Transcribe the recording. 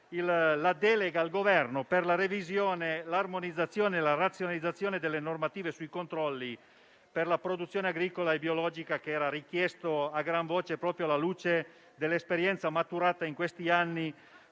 la delega al Governo per la revisione, l'armonizzazione e la razionalizzazione delle normative sui controlli per la produzione agricola biologica, richiesto a gran voce proprio alla luce dell'esperienza maturata in questi anni